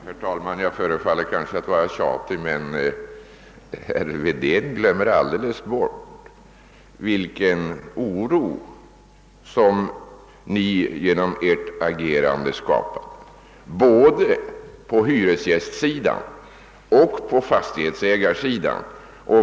Herr talman! Jag förefaller kanske tjatig, men herr Wedén glömmer alldeles vilken oro som ni genom ert agerande skapat både på hyresgästsidan och på fastighetsägarsidan.